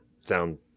sound